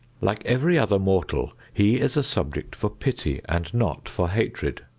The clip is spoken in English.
like every other mortal, he is a subject for pity and not for hatred.